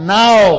now